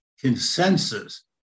consensus